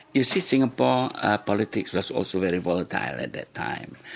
you see, singapore politics was also very volatile at that time,